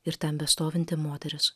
ir ten bestovinti moteris